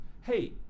hey